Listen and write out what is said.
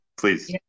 please